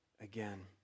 again